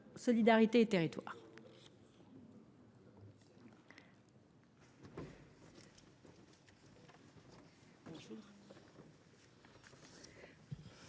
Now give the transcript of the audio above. Solidarité et Territoires